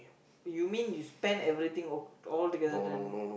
you mean you spend everything all all together ten